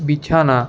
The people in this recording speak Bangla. বিছানা